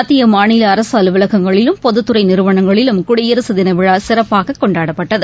மத்திய மாநிலஅரசுஅலுவலகங்களிலும் பொதுத்துறைநிறுவனங்களிலும் குடியரசுதினவிழாசிறப்பாககொண்டாடப்பட்டது